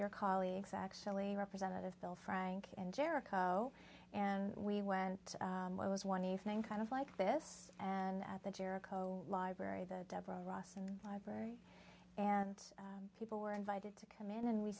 your colleagues actually representative phil frank and jericho and we went it was one evening kind of like this and at the jericho library the deborah ross library and people were invited to come in and we